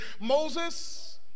Moses